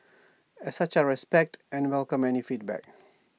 as such I respect and welcome any feedback